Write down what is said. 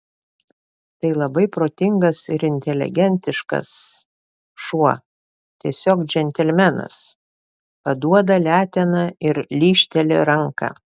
tai labai protingas ir inteligentiškas šuo tiesiog džentelmenas paduoda leteną ir lyžteli ranką